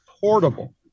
portable